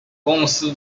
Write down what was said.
公司